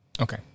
Okay